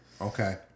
Okay